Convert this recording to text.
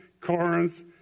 Corinth